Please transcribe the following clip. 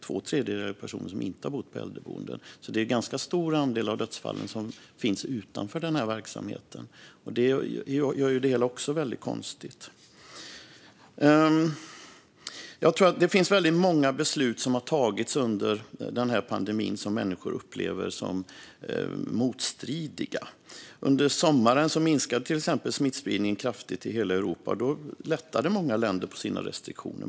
Två tredjedelar är personer som inte har bott på äldreboenden, så det är en ganska stor andel av dödsfallen som finns utanför den verksamheten. Det gör också det hela väldigt konstigt. Det är många av de beslut som har tagits under den här pandemin som människor upplever som motstridiga. Under sommaren minskade till exempel smittspridningen kraftigt i hela Europa, och då lättade många länder på sina restriktioner.